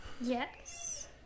Yes